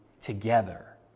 together